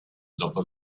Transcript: dopo